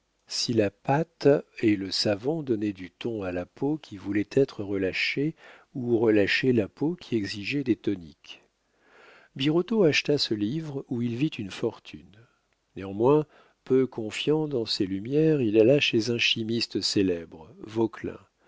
si la pâte et le savon donnaient du ton à la peau qui voulait être relâchée ou relâchaient la peau qui exigeait des toniques birotteau acheta ce livre où il vit une fortune néanmoins peu confiant dans ses lumières il alla chez un chimiste célèbre